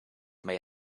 may